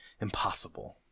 Impossible